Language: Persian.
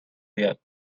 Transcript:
بیاد